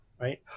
right